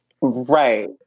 Right